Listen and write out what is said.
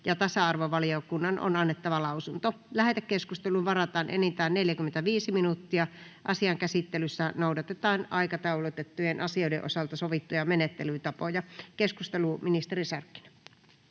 ja tasa-arvovaliokunnan on annettava lausunto. Lähetekeskusteluun varataan enintään 45 minuuttia. Asian käsittelyssä noudatetaan aikataulutettujen asioiden osalta sovittuja menettelytapoja. — Ministeri Sarkkinen.